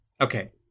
Okay